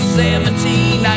seventeen